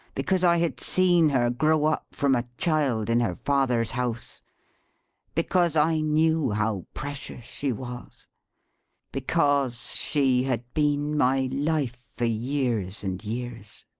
because i had seen her grow up, from a child, in her father's house because i knew how precious she was because she had been my life, for years and years.